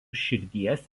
širdies